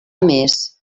més